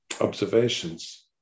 observations